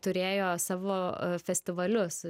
turėjo savo a festivalius